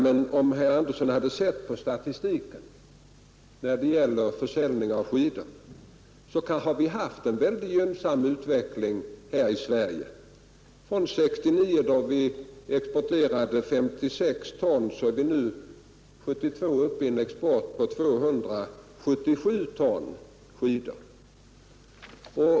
Men om herr Andersson hade sett på statistiken när det gäller försäljning av skidor, skulle han ha märkt att vi har haft en väldigt gynnsam utveckling här i Sverige. År 1969 exporterade vi 56 ton skidor, men 1972 var vi uppe i en export på 277 ton.